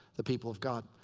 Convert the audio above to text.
the people of god.